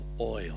oil